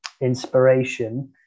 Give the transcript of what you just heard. inspiration